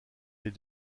les